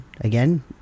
Again